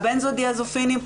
הבנזודיאזופינים,